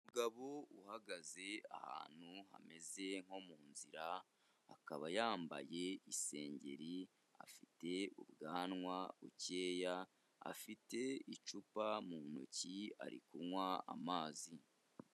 Umugabo uhagaze ahantu hameze nko mu nzira, akaba yambaye isengeri, afite ubwanwa bukeya, afite icupa mu ntoki ari kunywa amazi.